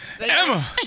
Emma